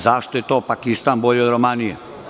Zašto je to Pakistan bolji od Romanije?